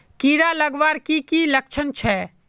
कीड़ा लगवार की की लक्षण छे?